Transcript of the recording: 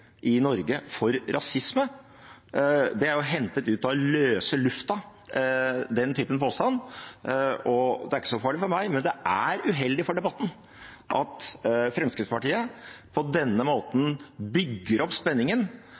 i Norge for rasisme. Den typen påstand er hentet ut av løse lufta. Det er ikke så farlig for meg, men det er uheldig for debatten at Fremskrittspartiet på denne måten bygger opp spenningen,